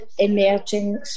emerging